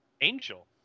Angel